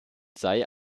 sei